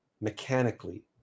mechanically